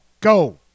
Go